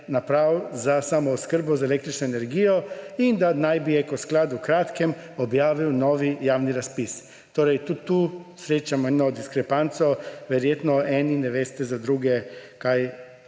naprav za samooskrbo z električno energijo in da naj bi Eko sklad v kratkem objavil nov javni razpis. Torej tudi tu srečamo eno diskrepanco, verjeno eni ne veste za druge, kaj